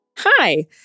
Hi